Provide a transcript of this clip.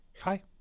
Hi